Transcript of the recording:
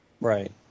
Right